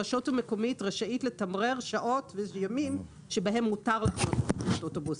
הרשות המקומית רשאית לתמרר שעות וימים בהם מותר לחנות בתחנת אוטובוס.